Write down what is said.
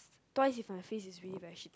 twice if my face is really very shit